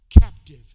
captive